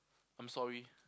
I'm sorry